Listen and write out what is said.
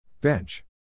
Bench